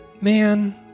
Man